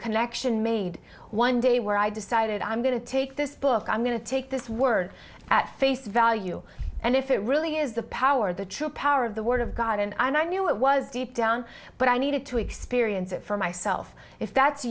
connection made one day where i decided i'm going to take this book i'm going to take this word at face value and if it really is the power of the true power of the word of god and i knew it was deep down but i needed to experience it for myself if that